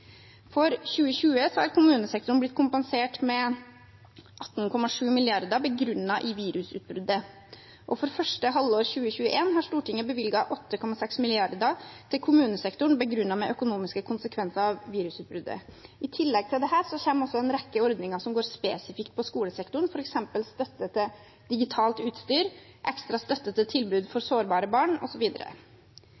For 2020 har kommunesektoren blitt kompensert med 18,7 mrd. kr begrunnet i virusutbruddet, og for første halvår 2021 har Stortinget bevilget 8,6 mrd. kr til kommunesektoren begrunnet i økonomiske konsekvenser av virusutbruddet. I tillegg til dette kommer en rekke ordninger som går spesifikt på skolesektoren, f.eks. støtte til digitalt utstyr, ekstra støtte til tilbud for